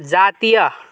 जातीय